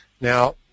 Now